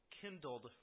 Kindled